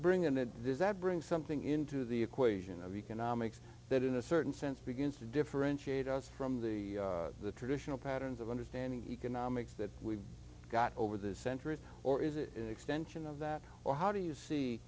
bring in it does that bring something into the equation of economics that in a certain sense begins to differentiate us from the the traditional patterns of understanding economics that we've got over the centuries or is it an extension of that or how do you see